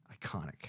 Iconic